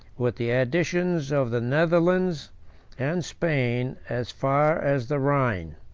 with the additions of the netherlands and spain, as far as the rhine.